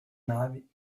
navi